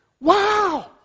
Wow